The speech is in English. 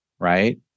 Right